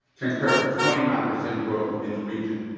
compared to twenty nine percent growth in the region.